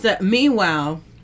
Meanwhile